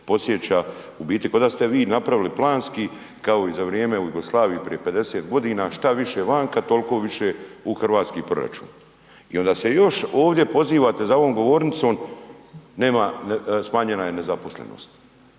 podsjeća u biti koda ste vi napravili planski kao i za vrijeme Jugoslavije prije 50.g. šta više vanka tolko više u hrvatski proračun. I onda se još ovdje pozivate za ovom govornicom smanjena je nezaposlenost.